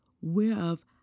whereof